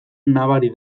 nabari